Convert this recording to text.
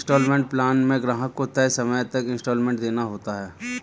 instalment plan में ग्राहक को तय समय तक इन्सटॉलमेंट देना होता है